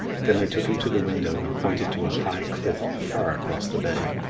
then they took him to the window, and pointed to a high cliff far across the bay.